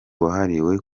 wahariwe